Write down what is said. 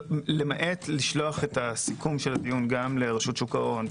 למעט לשלוח את סיכום הדיון גם לרשות שוק ההון,